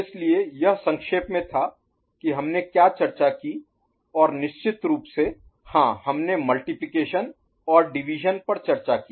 इसलिए यह संक्षेप में था कि हमने क्या चर्चा की और निश्चित रूप से हां हमने मल्टिप्लिकेशन और डिवीज़न Multiplication and Division गुणा और भाग या विभाजन पर चर्चा की